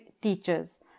teachers